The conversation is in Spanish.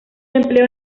empleo